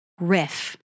riff